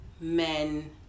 men